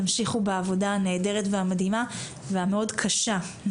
תמשיכו בעבודה הנהדרת והמדהימה והמאוד מאוד קשה שאתם עושים,